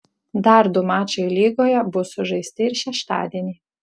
dar du mačai lygoje bus sužaisti ir šeštadienį